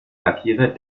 lackierer